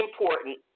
important